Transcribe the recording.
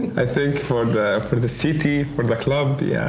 i think for for the city, for the club, yeah,